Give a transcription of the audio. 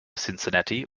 cincinnati